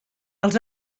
els